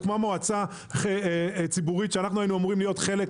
הוקמה מועצה ציבורית שאנחנו היינו אמורים להיות חלק.